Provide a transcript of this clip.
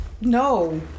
No